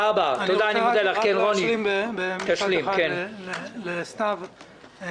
אשלים במשפט אחד לסתיו שפיר.